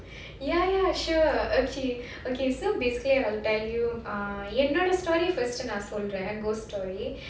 ya ya sure okay okay so basically I'll tell you ah என்னுடைய:ennudaiya story first டு நா சொல்றேன்:tu naa soldren ghost story